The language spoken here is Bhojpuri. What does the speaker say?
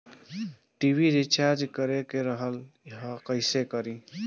टी.वी रिचार्ज करे के रहल ह कइसे करी?